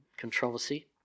controversy